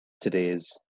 today's